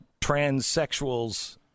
transsexuals